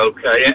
Okay